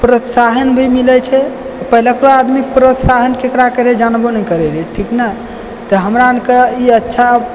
प्रोत्साहन भी मिलै छै पहिलेओके आदमीके प्रोत्साहन केकरा कहै छै जानबो नहि करै रहै ठीक ने तऽ हमरा अनके ई अच्छा